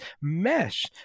mesh